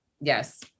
yes